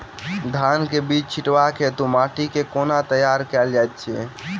धान केँ बीज छिटबाक हेतु माटि केँ कोना तैयार कएल जाइत अछि?